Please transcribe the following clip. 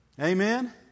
Amen